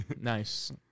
Nice